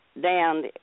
down